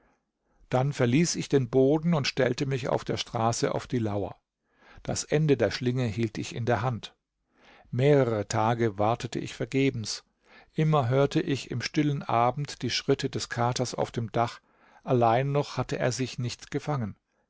dann verließ ich den boden und stellte mich auf der straße auf die lauer das ende der schlinge hielt ich in der hand mehrere tage wartete ich vergebens immer hörte ich im stillen abend die schritte des katers auf dem dach allein noch hatte er sich nicht gefangen